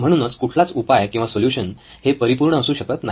म्हणून कुठलाच उपाय किंवा सोलुशन हे परिपूर्ण असू शकत नाही